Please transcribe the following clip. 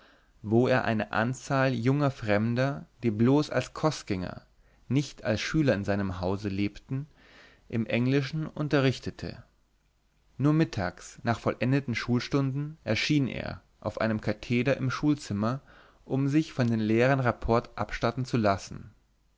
wo er eine anzahl junger fremder die bloß als kostgänger nicht als schüler in seinem hause lebten im englischen unterrichtete nur mittags nach vollendeten schulstunden erschien er auf einem katheder im schulzimmer um sich von den lehrern rapport abstatten zu lassen